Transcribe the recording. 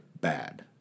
bad